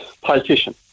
politician